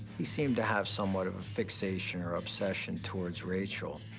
he seemed to have somewhat of a fixation or obsession towards rachel.